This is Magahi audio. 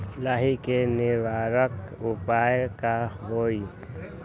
लाही के निवारक उपाय का होई?